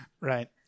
Right